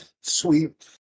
Sweet